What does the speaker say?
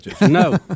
No